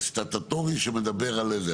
סטטוטורי שמדבר על זה,